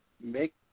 make